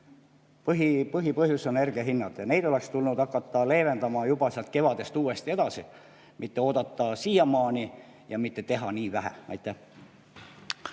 Põhipõhjus on energiahinnad. Ja neid oleks tulnud hakata leevendama juba kevadest saadik, mitte oodata siiamaani ja mitte teha nii vähe. Tänan